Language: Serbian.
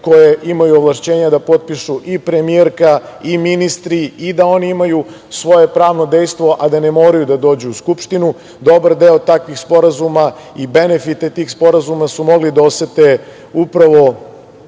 koje imaju ovlašćenje da potpišu i premijerka i ministri i da oni imaju svoje pravno dejstvo a da ne moraju da dođu u Skupštinu i dobar deo takvih sporazuma i benefite tih sporazuma su mogli da osete upravo